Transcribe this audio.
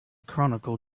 chronicle